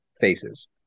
faces